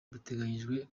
bitegerejwe